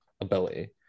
ability